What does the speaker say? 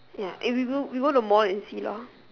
ya eh we go we go to the mall and see lor